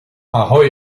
ahoi